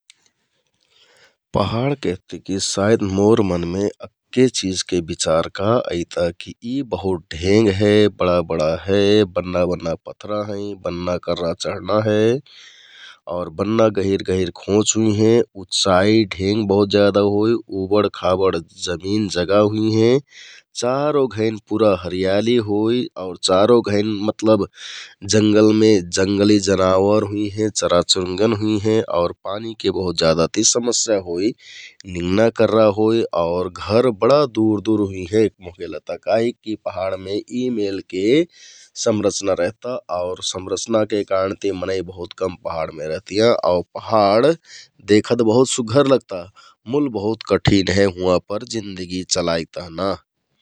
पहाड केहती की सायत मोर मनमे अक्के चिझके बिचार का ऐता की यी बहुत ढेंग हे, बडा बडा हे, बन्ना बन्ना पथरा हैं, बन्ना कर्रा चढना हे आउर बन्ना गहिर गहिर खोंच हुइहें । उँचाई ढेंग बहुत ज्यादा होइ, उबडखाबड जनिन-जगा हुइहें । चारों घइन पुरा हरियाली होइ आउर चारों घइन मतलब जंगलमें जंगली जनावर हुइहें, चराचुरुङ्गन हुइहें आउर पानीके बहुत ज्यादा ति समस्या होइ । निंगना कर्रा होइ आउर घर बडा दुर दुर हुइहें मोहके लगता काहिक की पहाडमे यी मेलके संरचना रेहता आउर संरचनाके कारण ति मनै बहुत कम पहाडमे रेहतियाँ । आउ पहाड देखत बहुत सुग्घर लगता मुल बहुत कठिन हे हुँवाँपर जिन्दगी चलाइक तहना ।